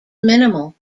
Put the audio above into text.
minimal